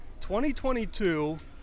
2022